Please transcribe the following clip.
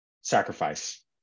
sacrifice